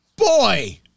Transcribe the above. Boy